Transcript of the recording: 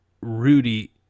Rudy